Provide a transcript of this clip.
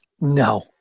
No